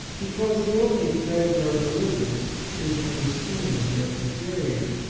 because the only treasure of religious is the esteem of their superior,